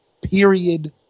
Period